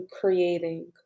creating